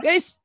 Yes